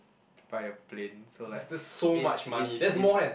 buy a plane so like is is is